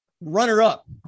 runner-up